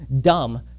dumb